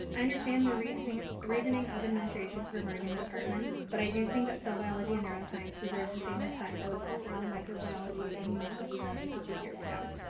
i understand the reasoning reasoning of administration for merging the departments but i do think cell biology and neuroscience deserves the same respect that was offered when microbiology and immunology are merged a few years ago.